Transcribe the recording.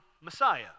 Messiah